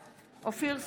בעד אופיר סופר,